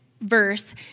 verse